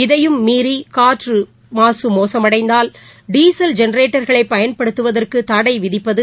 இதையும் மீறிகாற்றுமாசுப்படலம் மோசமடையுமானால் டீசல் ஜெனரேட்டர்களைபயன்படுத்துவதற்குதடைவிதிப்பது